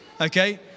okay